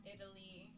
Italy